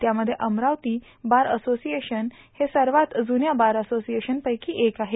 त्यामध्ये Amravati bar association ही सर्वा जुन्या बार असोसिएशनपैकी एक आहे